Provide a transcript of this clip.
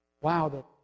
Wow